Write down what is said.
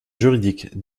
juridique